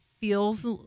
feels